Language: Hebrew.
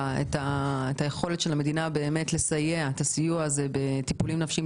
את היכולת של המדינה לתת את הסיוע הזה בטיפולים נפשיים?